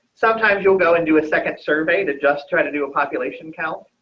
sometimes you'll go and do a second survey to just try to do a population count.